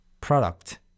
Product